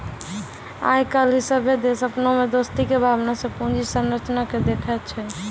आइ काल्हि सभ्भे देश अपना मे दोस्ती के भावना से पूंजी संरचना के देखै छै